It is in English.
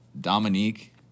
Dominique